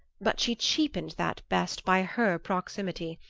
but she cheapened that best by her proximity.